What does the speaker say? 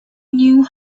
knew